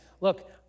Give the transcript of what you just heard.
look